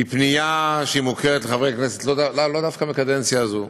זו פנייה מוכרת לחברי הכנסת לאו דווקא בקדנציה הזו.